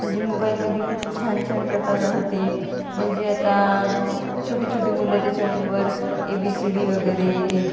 म्हणजे मोबाईलमध्ये खूप छान छान प्रकार राहते म्हणजे आता छोटे छोटे मुलं त्याच्यावर ए बी सी डी वगैरे